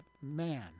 man